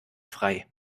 frei